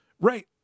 right